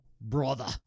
brother